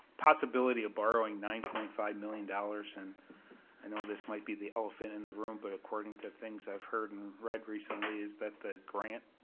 possibility of borrowing nine point five million dollars and i know this might be the elephant in the room, but according to things that i've heard and read recently is that the grant,